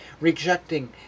Rejecting